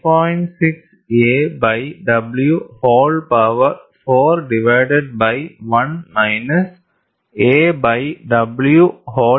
6 a by w whole power 4 divided by 1 minus a by w whole power 3 by 2